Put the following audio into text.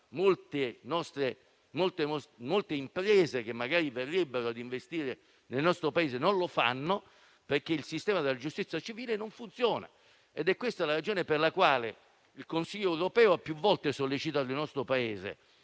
molte imprese, che magari verrebbero ad investire nel nostro Paese, non lo fanno, perché il sistema della giustizia civile non funziona. Ed è questa la ragione per la quale il Consiglio europeo ha più volte sollecitato il nostro Paese